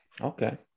Okay